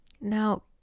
Now